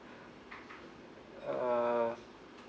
uh